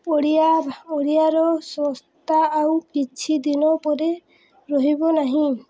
ଓଡ଼ିଆ ଓଡ଼ିଆର ସଂସ୍ଥା ଆଉ କିଛି ଦିନ ପରେ ରହିବ ନାହିଁ